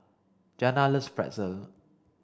Giana loves Pretzel